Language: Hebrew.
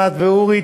ענת ואורי,